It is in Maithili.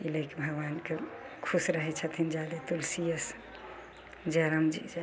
ओइ लेखे भगवानके खुश रहय छथिन जादे तुलसियेसँ जय राम जी जय